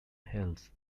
hells